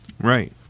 right